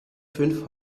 fünf